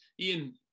Ian